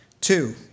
Two